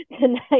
tonight